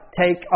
take